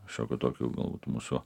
kašokiu tokiu galbūt mūsų